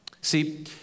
See